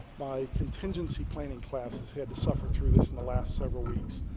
my contingency planning class has had to suffer through this in the last several weeks.